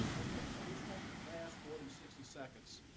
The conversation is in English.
okay. so this last last more than sixty seconds.